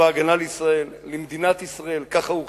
לצבא-הגנה לישראל, למדינת ישראל, ככה הוא חינך,